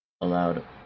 allowed